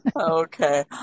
Okay